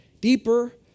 deeper